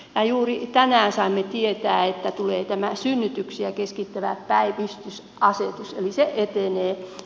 ja juuri tänään saimme tietää että tulee tämä synnytyksiä keskittävä päivystysasetus eli se etenee